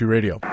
Radio